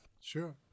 Sure